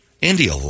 India